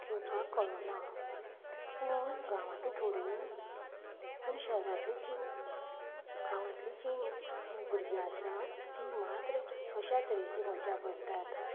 किवपाक कळना पूण गांवांतय थोडी पूण शहरांतलीचशीं गांवातलीं जी भुरगीं आसात तीं मात्र अशा तरेची मजा करतात